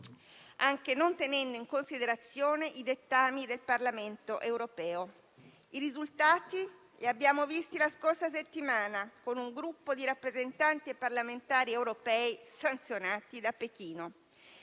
anche non tenendo in considerazione i dettami del Parlamento europeo. I risultati li abbiamo visti la scorsa settimana, con un gruppo di rappresentanti e parlamentari europei sanzionati da Pechino.